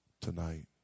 Tonight